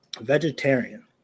vegetarian